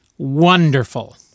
Wonderful